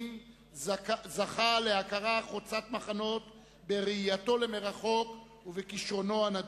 זכו להכרה חוצה מחנות בראייתו למרחוק ובכשרונו הנדיר.